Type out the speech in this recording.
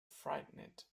frightened